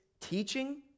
teaching